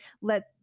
Let